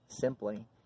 simply